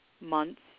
months